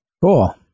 Cool